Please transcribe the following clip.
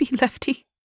lefty